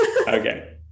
Okay